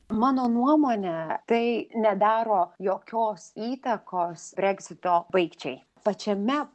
mano nuomone tai nedaro jokios įtakos breksito baigčiai pačiame